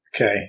Okay